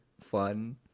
fun